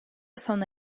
sona